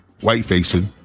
white-facing